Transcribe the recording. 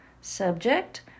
subject